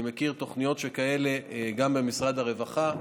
אני מכיר תוכניות כאלה גם במשרד הרווחה,